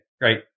great